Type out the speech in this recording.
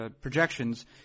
projections